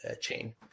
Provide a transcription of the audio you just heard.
chain